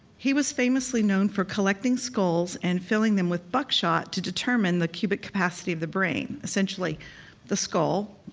he was famously known for collecting skulls and filling them with buckshot to determine the cubic capacity of the brain. essentially the skull,